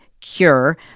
cure